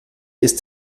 ist